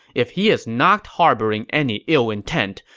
if he is not harboring any ill intent,